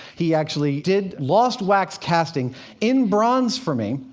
he actually did lost wax casting in bronze for me,